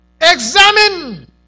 Examine